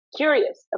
curious